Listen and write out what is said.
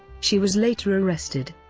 she was later arrested.